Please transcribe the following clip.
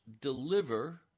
deliver